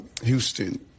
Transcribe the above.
Houston